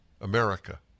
America